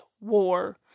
war